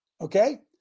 Okay